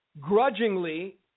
grudgingly